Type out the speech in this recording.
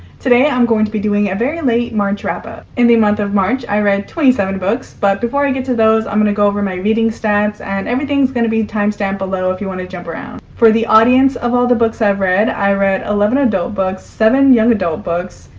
today i'm going to be doing a very late march wrap-up. in the month of march, i read twenty seven books but before i get to those i'm gonna go over my reading stats, and everything's gonna be time-stamped below if you want to jump around. for the audience of all the books i've read, i read eleven adult books, seven young adult books,